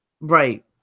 right